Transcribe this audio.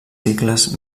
cicles